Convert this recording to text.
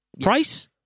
Price